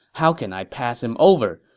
how can i pass him over?